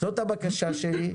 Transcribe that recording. זאת הבקשה שלי.